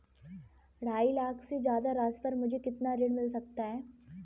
ढाई लाख से ज्यादा राशि पर मुझे कितना ऋण मिल सकता है?